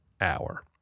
hour